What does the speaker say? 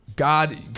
God